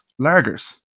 lagers